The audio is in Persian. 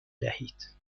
دهید